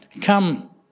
come